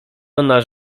ona